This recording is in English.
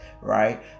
right